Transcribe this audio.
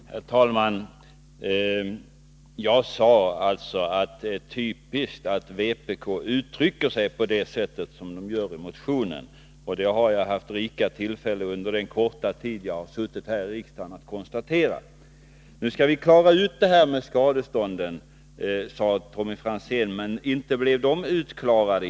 Herr talman! Jag sade alltså att det är typiskt för vpk att uttrycka sig på det sätt som man gör i motionen. Det har jag haft rika tillfällen under den korta tid jag suttit här i riksdagen att konstatera. Nu skall vi klara ut det här med skadeståndet, sade Tommy Franzén. Men inte blev det utklarat.